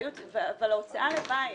אבל ההוצאה לבית